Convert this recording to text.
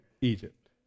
Egypt